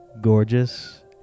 gorgeous